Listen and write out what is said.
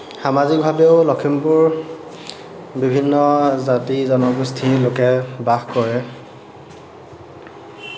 সামাজিকভাৱেও লখিমপুৰ বিভিন্ন জাতি জনগোষ্ঠীৰ লোকে বাস কৰে